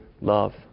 love